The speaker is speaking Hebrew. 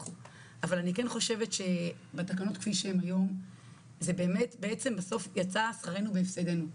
אבל אני חושבת שבתקנות כפי שהן היום בעצם בסוף ייצא שכרנו בהפסדנו,